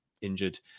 injured